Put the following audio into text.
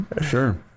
Sure